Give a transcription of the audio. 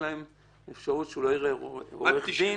להם אפשרות שהוא לא יראה עורך דין.